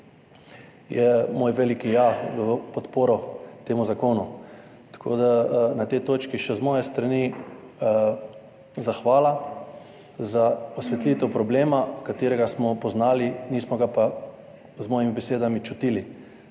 je moj velik ja v podporo temu zakonu. Na tej točki še z moje strani zahvala za osvetlitev problema, ki smo ga poznali, nismo ga pa, z mojimi besedami, čutili.